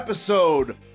Episode